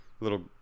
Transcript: little